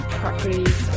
properties